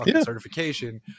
certification